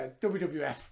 WWF